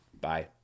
Bye